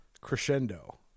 crescendo